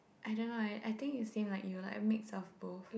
I don't know leh I think is same like you're a mix of both